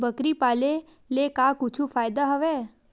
बकरी पाले ले का कुछु फ़ायदा हवय?